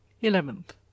eleventh